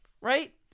right